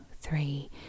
three